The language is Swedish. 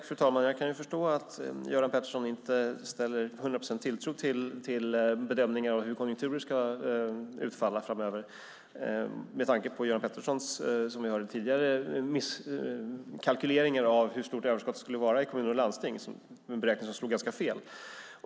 Fru talman! Jag kan förstå att Göran Pettersson inte sätter 100 procent tilltro till bedömningar av hur konjunkturer ska utfalla framöver med tanke på Göran Petterssons misskalkyleringar av hur stort överskottet skulle vara i kommuner och landsting. Den beräkningen slog fel.